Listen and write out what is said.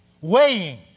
weighing